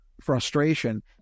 frustration